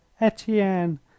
Etienne